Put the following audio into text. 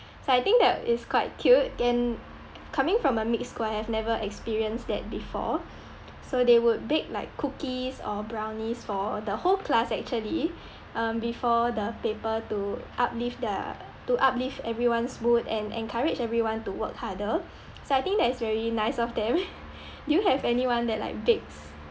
so I think that is quite cute and coming from a mixed school I have never experienced that before so they would bake like cookies or brownies for the whole class actually um before the paper to uplift their to uplift everyone's mood and encourage everyone to work harder so I think that is very nice of them do you have anyone that like bakes